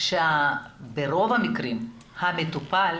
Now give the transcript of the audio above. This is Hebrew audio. שברוב המקרים המטופל,